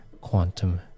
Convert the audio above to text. quantum